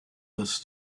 this